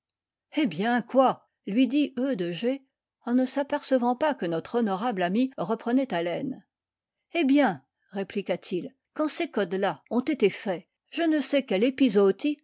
eh bien quoi lui dit e de g en ne s'apercevant pas que notre honorable ami reprenait haleine eh bien répliqua-t-il quand ces codes là ont été faits je ne sais quelle